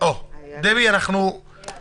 אנחנו כתבנו